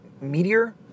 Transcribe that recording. Meteor